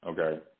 okay